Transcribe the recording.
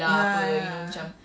ya ya